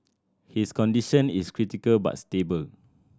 his condition is critical but stable